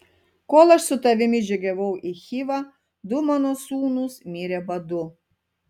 kol aš su tavimi žygiavau į chivą du mano sūnūs mirė badu